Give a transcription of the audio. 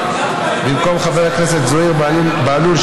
במקום חבר הכנסת זוהיר בהלול,